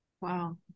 Wow